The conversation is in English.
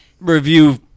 review